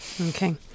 okay